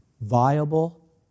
viable